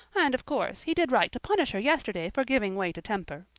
and of course he did right to punish her yesterday for giving way to temper.